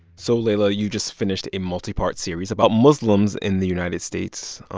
so, leila, you just finished a multipart series about muslims in the united states.